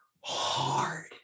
hard